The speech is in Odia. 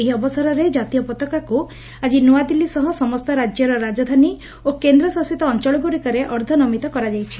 ଏହି ଅବସରେ କାତୀୟ ପତାକାକୁ ଆକି ନୁଆଦିଲୁ ସହ ସମସ୍ତ ରାଜ୍ୟର ରାଜଧାନୀ ଓ କେନ୍ଦ୍ରଶାସିତ ଅଞ୍ଚଳଗୁଡ଼ିକରେ ଅର୍ଦ୍ଧନମିତ କରାଯାଇଛି